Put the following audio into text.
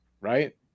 Right